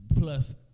Plus